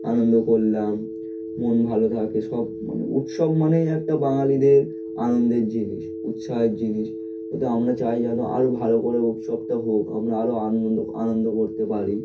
আনন্দ করলাম মন ভালো থাকে সব মানে উৎসব মানেই একটা বাঙালিদের আনন্দের জিনিস উৎসাহের জিনিস ওতে আমরা চাই যেন আরও ভালো করে উৎসবটা হোক আমরা আরও আনন্দ আনন্দ করতে পারি